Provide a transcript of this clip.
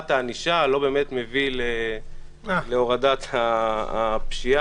הענישה לא באמת מביאה להורדת הפשיעה.